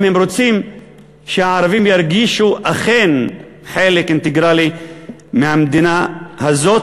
אם הם רוצים שהערבים ירגישו אכן חלק אינטגרלי של המדינה הזאת,